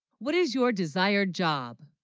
what is your desired job?